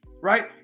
Right